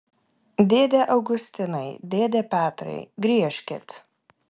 dėde augustinai dėde petrai griežkit